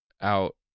out